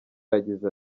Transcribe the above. yagize